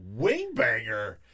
Wingbanger